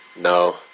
no